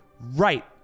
right